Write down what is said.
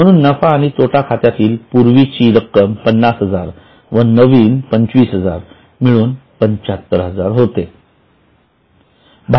म्हणून नफा आणि तोटा खात्यातील पूर्वीची रक्कम ५०००० व नवीन २५००० मिळून ७५००० होते